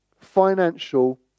financial